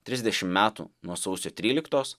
trisdešim metų nuo sausio tryliktos